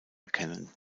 erkennen